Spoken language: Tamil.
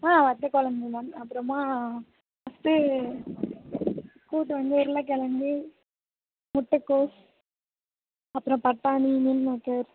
ஆ வத்தகுழம்பு மேம் அப்புறமா நெக்ஸ்டு கூட்டு வந்து உருளைகெழங்கு முட்டைகோஸ் அப்புறம் பட்டாணி மீல்மேக்கர்